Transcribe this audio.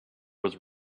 was